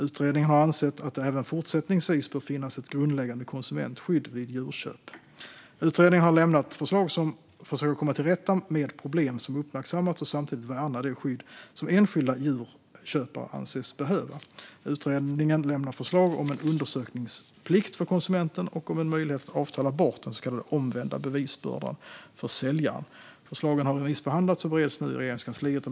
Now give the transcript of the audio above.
Utredningen har ansett att det även fortsättningsvis bör finnas ett grundläggande konsumentskydd vid djurköp. Utredningen har lämnat förslag som försöker komma till rätta med problem som uppmärksammats och samtidigt värna det skydd som enskilda djurköpare anses behöva. Utredningen lämnar förslag om en undersökningsplikt för konsumenten och om en möjlighet att avtala bort den så kallade omvända bevisbördan för säljaren. Förslagen har remissbehandlats och bereds nu i Regeringskansliet.